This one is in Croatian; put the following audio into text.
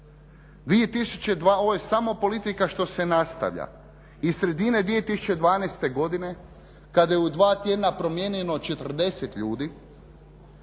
ovo je samo politika što se nastavlja i sredina 2012. godine kada je u 2 tjedna promijenjeno 40 ljudi